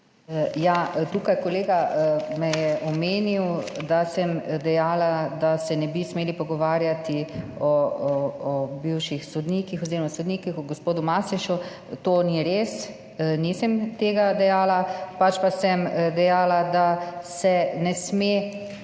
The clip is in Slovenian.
me je kolega omenil, da sem dejala, da se ne bi smeli pogovarjati o bivših sodnikih oziroma o gospodu Masleši. To ni res. Nisem tega dejala, pač pa sem dejala, da se tukaj